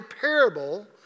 parable